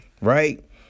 right